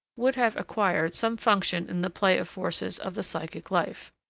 would have acquired some function in the play of forces of the psychic life.